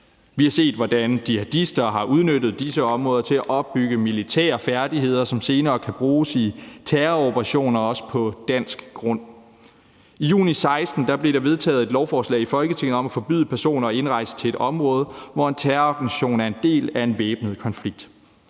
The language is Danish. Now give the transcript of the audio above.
Vi har set, hvordan jihadister har udnyttet disse områder til at opbygge militære færdigheder, som senere kan bruges i terroroperationer, også på dansk grund. I juni 2016 blev der vedtaget et lovforslag i Folketinget om at forbyde personer at indrejse til et område, hvor en terrororganisation er en del af en væbnet konflikt.